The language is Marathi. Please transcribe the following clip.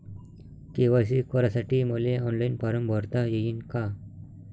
के.वाय.सी करासाठी मले ऑनलाईन फारम भरता येईन का?